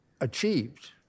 achieved